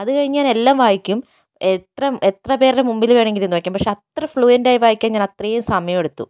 അതുകഴിഞ്ഞ് ഞാൻ എല്ലാം വായിക്കും എത്ര എത്രപേരുടെ മുൻപിൽ വേണമെങ്കിലും നിന്ന് വായിക്കും പക്ഷെ അത്ര ഫ്ലുവെൻ്റ് ആയി വായിക്കാൻ ഞാൻ അത്രയും സമയം എടുത്തു